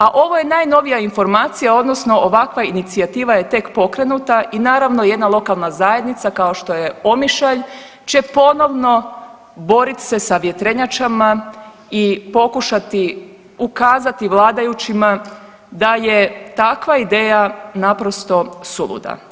A ovo je najnovija informacija odnosno ovakva inicijativa je tek pokrenuta i naravno jedna lokalna zajednica kao što je Omišalj će ponovno borit se sa vjetrenjačama i pokušati ukazati vladajućima da je takva ideja naprosto suluda.